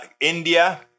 India